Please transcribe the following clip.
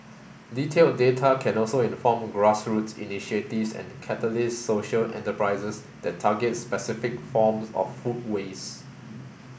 detailed data can also inform grassroots initiatives and catalyse social enterprises that target specific forms of food waste